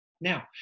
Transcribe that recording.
Now